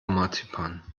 marzipan